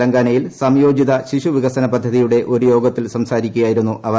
തെലങ്കാനയിൽ സംയോജിത ശിശു വികസന പദ്ധതിയുടെ യോഗത്തിൽ സംസാരിക്കുകയായിരുന്നു അവർ